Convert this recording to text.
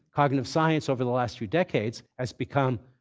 cognitive science over the last few decades has become